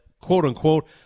quote-unquote